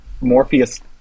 Morpheus